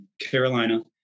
Carolina